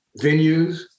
venues